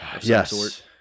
Yes